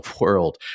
world